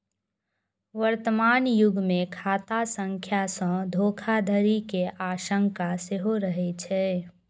वर्तमान युग मे खाता संख्या सं धोखाधड़ी के आशंका सेहो रहै छै